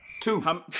Two